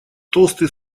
толстый